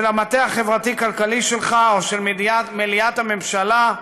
של המטה החברתי-כלכלי שלך, או של מליאת הממשלה,